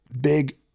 big